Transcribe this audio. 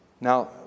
Now